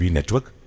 Network